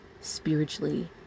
Spiritually